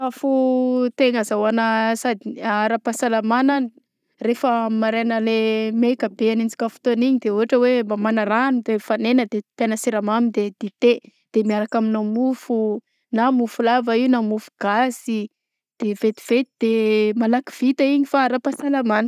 Sakafo tegna ahazahoagna sady ara-pahasalamana rehefa maraina le maika be anenjika fotoagna de ôhatra hoe mamagna rano de afagnena de tina siramamy de dité miaraka aminà mofo na mofo lava igny na mofo gasy de vetivety de malaky vita igny fa ara-pahasalamana.